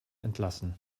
entlassen